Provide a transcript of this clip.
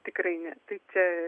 tikrai ne tai čia